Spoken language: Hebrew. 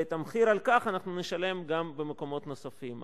ואת המחיר על כך נשלם גם במקומות נוספים.